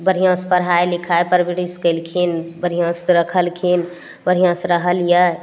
बढ़िआँसँ पढ़ाइ लिखाइ परवरीश कयलखिन बढ़िआँसँ रखलखिन बढ़िआँसँ रहलियै